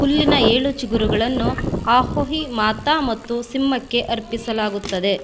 ಹುಲ್ಲಿನ ಏಳು ಚಿಗುರುಗಳನ್ನು ಆಹೋಯಿ ಮಾತಾ ಮತ್ತು ಸಿಂಹಕ್ಕೆ ಅರ್ಪಿಸಲಾಗುತ್ತದೆ